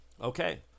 Okay